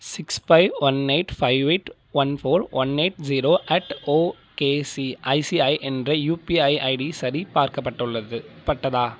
six five one eight five eight one four one eight zero at ok ICICI என்ற UPI ID சரிபார்க்கப்பட்டுள்ளது பட்டதா